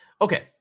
okay